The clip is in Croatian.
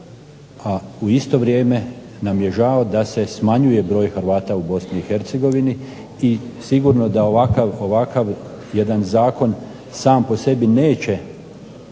u isto vrijeme nam je žao da se smanjuje broj Hrvata u Bosni i Hercegovini. I sigurno da ovakav jedan zakon sam po sebi neće